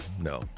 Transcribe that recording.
no